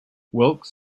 wilkes